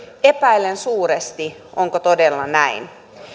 epäilen suuresti onko todella näin